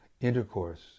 intercourse